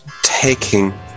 taking